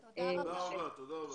וורקי, תודה רבה.